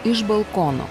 iš balkono